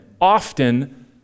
Often